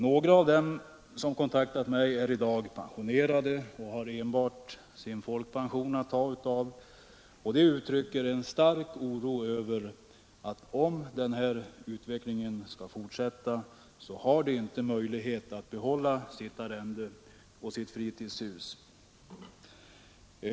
Några av dem som kontaktat mig är i dag pensionerade och har enbart sin folkpension att ta av, och de uttrycker en stark oro för att om den här utvecklingen fortsätter kommer de inte att ha möjlighet att behålla sitt arrende och sitt fritidshus.